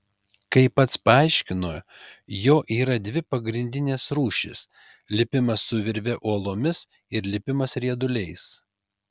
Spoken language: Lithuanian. kaip pats paaiškino jo yra dvi pagrindinės rūšys lipimas su virve uolomis ir lipimas rieduliais